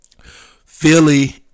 philly